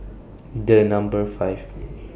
The Number five